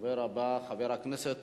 לרדת בכביש אחר, לשנות כיוון.